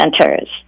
centers